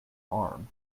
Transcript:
arm